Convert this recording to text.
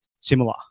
similar